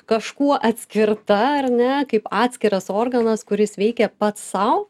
kažkuo atskirta ar ne kaip atskiras organas kuris veikia pats sau